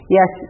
Yes